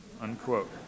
unquote